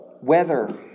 weather